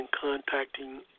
contacting